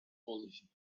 policy